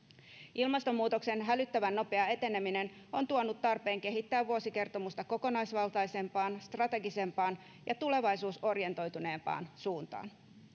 ilmastonmuutoksen hälyttävän nopea eteneminen on tuonut tarpeen kehittää vuosikertomusta kokonaisvaltaisempaan strategisempaan ja tulevaisuusorientoituneempaan suuntaan